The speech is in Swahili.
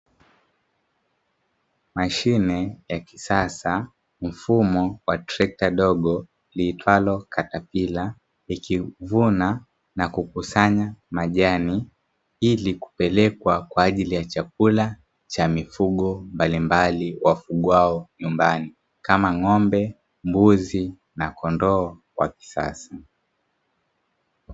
Mashine ya kisasa, yenye mfumo trekta dogo liitwalo katapila, likivuna na kukusanya majani ili kupelekwa kwa ajili ya chakula cha mifugo mbalimbali wafugwao nyumbani, kama; ng'ombe, mbuzi na kondoo wa kisasa.